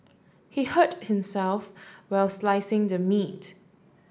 he hurt himself while slicing the meat